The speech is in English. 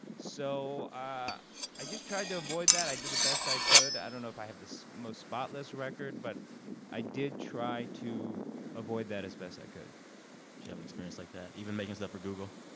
so i i just tried to avoid that. i did the best i could. i don't know if i have the most spotless record, but i did try to avoid that as best i could do you have an experience like that, even making stuff for google?